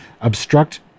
obstruct